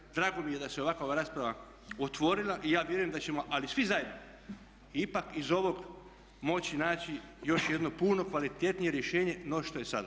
Dakle drago mi je da se ovakva rasprava otvorila i ja vjerujem da ćemo ali svi zajedno ipak iz ovog moći naći još jedno puno kvalitetnije rješenje no što je sada.